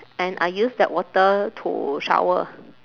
and I use that water to shower